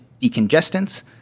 decongestants